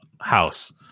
house